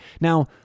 Now